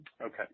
Okay